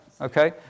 okay